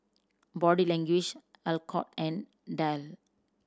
Body Language Alcott and Dell